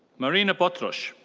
marina botros.